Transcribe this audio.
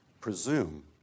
presume